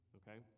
okay